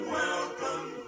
welcome